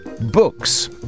books